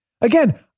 Again